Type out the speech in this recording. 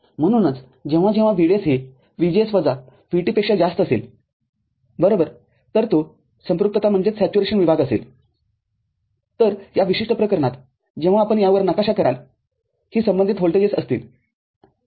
म्हणूनच जेव्हा जेव्हा VDS हे VGS वजा VT पेक्षा जास्त असेल बरोबर तर तो संपृक्तता विभाग असेल तर या विशिष्ट प्रकरनातजेव्हा आपण यावर नकाशा कराल ही संबंधित व्होल्टेजेस असतील बरोबर